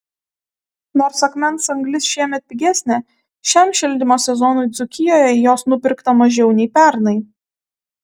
nors akmens anglis šiemet pigesnė šiam šildymo sezonui dzūkijoje jos nupirkta mažiau nei pernai